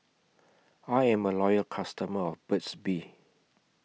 I'm A Loyal customer of Burt's Bee